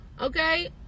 okay